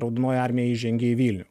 raudonoji armija įžengė į vilnių